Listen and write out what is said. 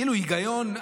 כאילו היגיון,